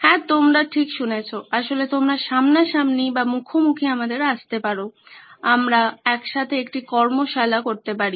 হ্যাঁ তোমরা ঠিক শুনেছো আসলে তোমরা সামনাসামনি আসতে পারো আমরা একসাথে একটি কর্মশালা করতে পারি